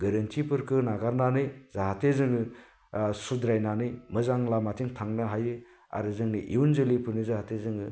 गोरोन्थिफोरखौ नागारनानै जाहाथे जोङो सुद्रायनानै मोजां लामाथिं थांनो हायो आरो जोंनि इयुन जोलैफोरनो जाहाथे जोङो